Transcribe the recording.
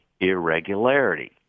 irregularity